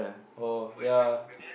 oh yep